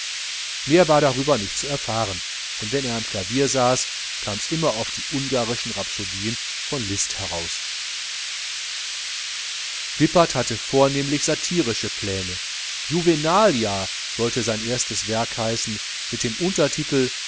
mehr war darüber nicht zu erfahren und wenn er am klavier saß kams immer auf die ungarischen rhapsodien von liszt heraus wippert hatte vornehmlich satirische pläne juvenalia sollte sein erstes werk heißen mit dem untertitel